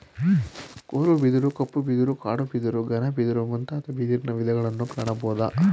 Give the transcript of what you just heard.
ಕೋಲು ಬಿದಿರು, ಕಪ್ಪು ಬಿದಿರು, ಕಾಡು ಬಿದಿರು, ಘನ ಬಿದಿರು ಮುಂತಾದ ಬಿದಿರಿನ ವಿಧಗಳನ್ನು ಕಾಣಬೋದು